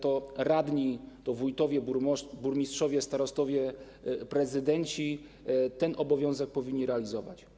To radni, wójtowie, burmistrzowie, starostowie, prezydenci ten obowiązek powinni realizować.